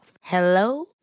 Hello